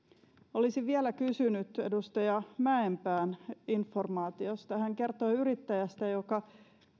olisin vielä kysynyt edustaja mäenpään informaatiosta hän kertoi yrittäjästä joka